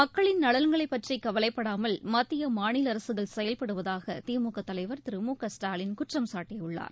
மக்களின் நலன்களை பற்றி கவலைப்படாமல் மத்திய மாநில அரசுகள் செயல்படுவதாக திமுக தலைவர் திரு மு க ஸ்டாலின் குற்றம் சாட்டியுள்ளார்